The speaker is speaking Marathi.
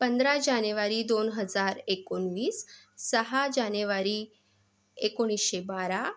पंधरा जानेवारी दोन हजार एकोणीस सहा जानेवारी एकोणीसशे बारा